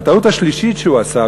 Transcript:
הטעות השלישית שהוא עשה,